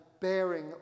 bearing